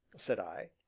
said i.